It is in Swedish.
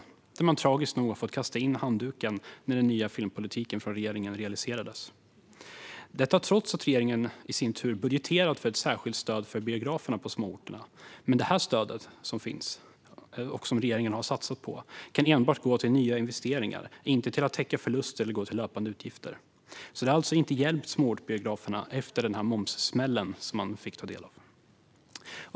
Där har man tragiskt nog fått kasta in handduken sedan den nya filmpolitiken från regeringen realiserades, trots att regeringen budgeterat för ett särskilt stöd för biograferna på småorterna. Detta stöd, som finns och som regeringen har satsat på, kan enbart gå till nya investeringar, inte till att täcka förluster eller till löpande utgifter. Det har alltså inte hjälpt småortsbiograferna efter momssmällen.